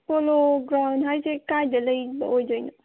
polo ground ꯍꯥꯏꯁꯦ ꯀꯗꯥꯏꯗ ꯂꯩꯕ ꯑꯣꯏꯗꯣꯏꯅꯣ